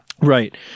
Right